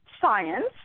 science